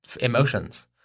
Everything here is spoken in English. emotions